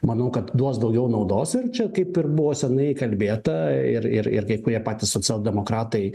manau kad duos daugiau naudos ir čia kaip ir buvo seniai kalbėta ir ir ir kai kurie patys socialdemokratai